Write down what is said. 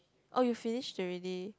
oh you finished already